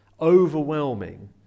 Overwhelming